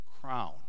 crown